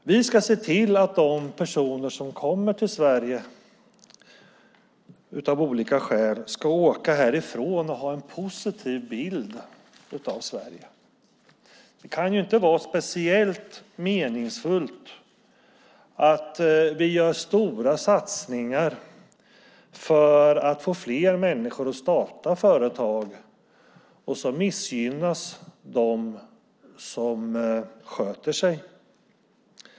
Vi ska se till att de personer som kommer till Sverige av olika skäl åker härifrån med en positiv bild av Sverige. Det kan inte vara speciellt meningsfullt att göra stora satsningar på att få fler människor att starta företag och sedan missgynna dem som sköter sig.